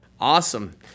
Awesome